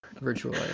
virtual